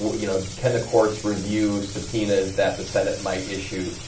but you know can the courts review subpoenas that the senate might issue,